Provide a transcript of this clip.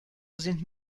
sind